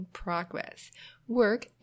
progress.work